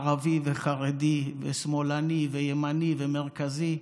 ערבי וחרדי ושמאלני וימני ומרכזי,